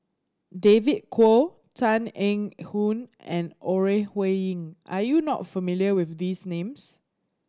David Kwo Tan Eng Hoon and Ore Huiying are you not familiar with these names